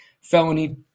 felony